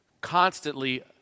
constantly